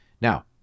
Now